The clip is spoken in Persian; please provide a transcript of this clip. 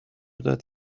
داد